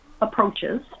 approaches